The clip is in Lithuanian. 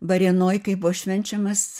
varėnoj kai buvo švenčiamas